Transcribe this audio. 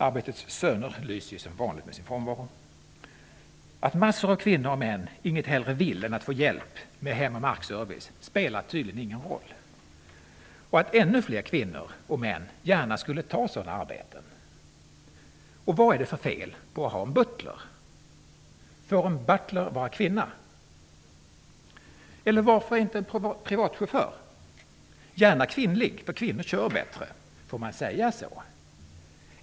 Arbetets söner lyser ju som vanligt med sin frånvaro. Att massor av kvinnor och män inget hellre vill än att få hjälp med hem och markservice spelar tydligen ingen roll, inte heller att ännu fler kvinnor och män gärna skulle ta sådana arbeten. Vad är det för fel på att ha en butler? Får en butler vara kvinna? Eller varför inte en privatchaufför? Gärna kvinnlig för kvinnor kör bättre! Får man säga så?